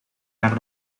naar